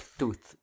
tooth